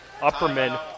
Upperman